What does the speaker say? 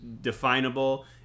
definable